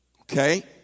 Okay